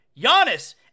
Giannis